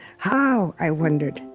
how, i wondered,